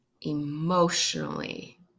emotionally